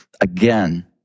Again